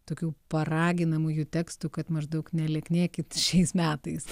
tokių paraginamųjų tekstų kad maždaug nelieknėkit šiais metais